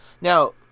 now